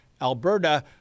Alberta